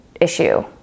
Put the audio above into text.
issue